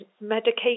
medication